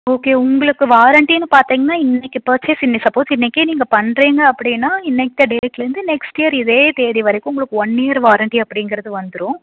okay உங்களுக்கு வாரண்ட்டினு பார்த்தீங்னா இன்னிக்கு பர்ச்சேஸ் இன்னி சப்போஸ் இன்றைக்கே நீங்கள் பண்ணுறீங்க அப்படின்னா இன்னத்தய டேட்லிருந்து நெக்ஸ்ட் இயர் இதே தேதி வரைக்கும் உங்களுக்கு ஒன் இயர் வாரண்ட்டி அப்படிங்கிறது வந்துடும்